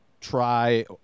try